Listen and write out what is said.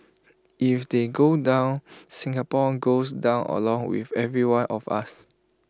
if they go down Singapore goes down along with every one of us